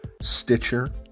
Stitcher